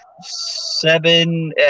Seven